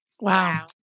Wow